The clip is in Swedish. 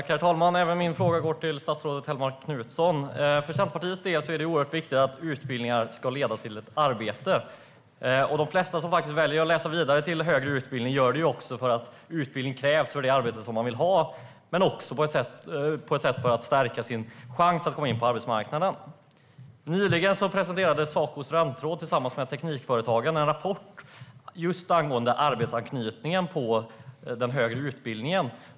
Herr talman! Även min fråga går till statsrådet Hellmark Knutsson. För Centerpartiets del är det oerhört viktigt att utbildningar ska leda till ett arbete. De flesta som väljer att läsa vidare på en högre utbildning gör det för att utbildning krävs för det arbete som de vill ha. Men de gör det också för att stärka sin chans att komma in på arbetsmarknaden. Nyligen presenterade Saco Studentråd tillsammans med Teknikföretagarna en rapport just angående arbetsanknytningen i den högre utbildningen.